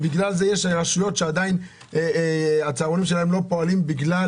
בגלל זה יש רשויות שעדיין הצהרונים שלהם לא פועלים בגלל